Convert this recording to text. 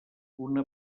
una